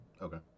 okay